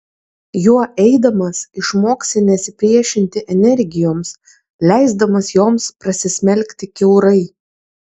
juo eidamas išmoksi nesipriešinti energijoms leisdamas joms prasismelkti kiaurai